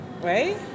right